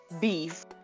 beef